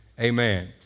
amen